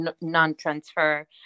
non-transfer